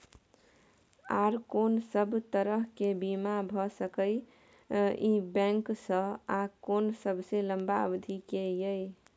आर कोन सब तरह के बीमा भ सके इ बैंक स आ कोन सबसे लंबा अवधि के ये?